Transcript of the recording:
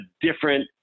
different